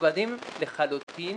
מנוגדים לחלוטין